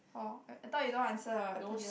oh I I thought you don't answer I put it on